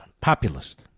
populist